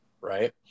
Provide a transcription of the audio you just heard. right